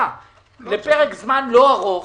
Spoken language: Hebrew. לפרק זמן לא ארוך,